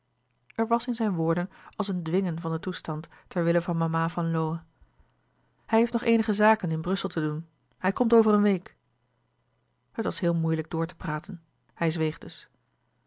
er was in zijne woorden als een dwingen van den toestand ter wille van mama van lowe hij heeft nog eenige zaken in brussel te doen hij komt over een week het was heel moeilijk door te praten hij zweeg dus